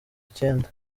icyenda